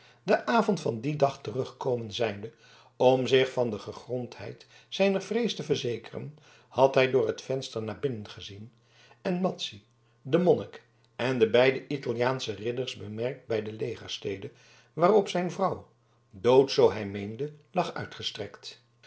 den avond van dien dag teruggekomen zijnde om zich van de gegrondheid zijner vrees te verzekeren had hij door het venster naar binnen gezien en madzy den monnik en de beide italiaansche ridders bemerkt bij de legerstede waarop zijn vrouw dood zoo hij meende lag uitgestrekt